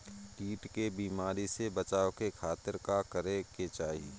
कीट के बीमारी से बचाव के खातिर का करे के चाही?